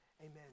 Amen